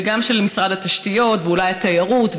וגם למשרד התשתיות ואולי התיירות,